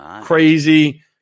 crazy